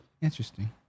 Interesting